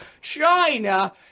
China